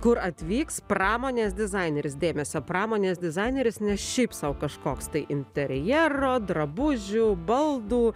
kur atvyks pramonės dizaineris dėmesio pramonės dizaineris ne šiaip sau kažkoks tai interjero drabužių baldų